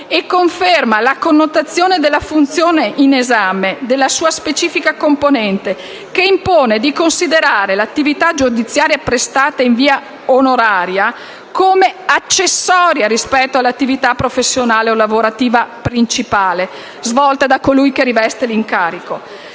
e conferma la connotazione della funzione in esame, nella sua specifica componente, che impone di considerare l'attività giudiziaria prestata in via onoraria come accessoria rispetto all'attività professionale o lavorativa principale svolta da colui che riveste l'incarico.